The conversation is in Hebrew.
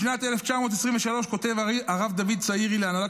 אני אקרא לכם אפילו משהו קטן שכתב בשנת 1923 הרב דוד צאירי להנהלת